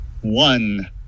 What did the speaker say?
one